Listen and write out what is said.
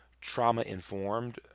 trauma-informed